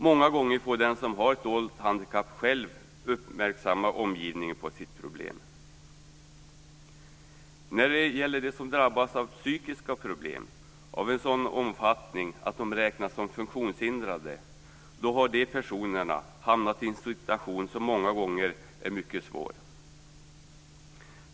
Många gånger får den som har ett dolt handikapp själv göra omgivningen uppmärksam på sitt problem. De som drabbas av psykiska problem i en sådan omfattning att de räknas som funktionshindrade har hamnat i en situation som många gånger är mycket svår.